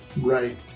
Right